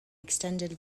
extended